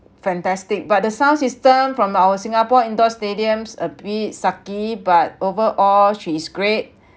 fantastic but the sound system from our singapore indoor stadium's a bit sucky but overall she is great